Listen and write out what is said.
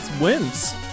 wins